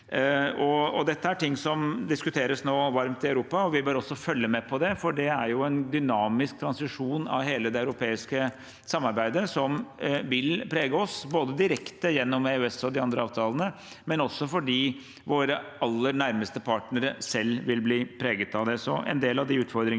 Dette er noe som nå diskuteres varmt i Europa. Vi bør også følge med på det, for det er en dynamisk transisjon av hele det europeiske samarbeidet som vil prege oss, både direkte gjennom EØS og de andre avtalene og fordi våre aller nærmeste partnere selv vil bli preget av det.